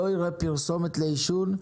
לא יראה פרסומת לעישון.